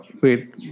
wait